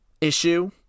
issue